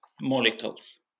molecules